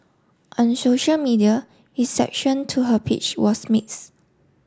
on social media reception to her peach was mix